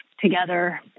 together